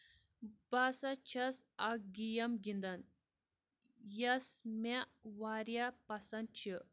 بہٕ ہسا چھَس اکھ گیم گنٛدان یۄس مےٚ واریاہ پسنٛد چھ